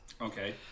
Okay